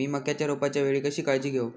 मीया मक्याच्या रोपाच्या वेळी कशी काळजी घेव?